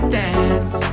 dance